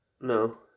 No